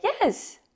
Yes